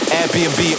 Airbnb